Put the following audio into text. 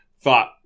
thought